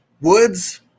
Woods